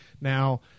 Now